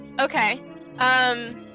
Okay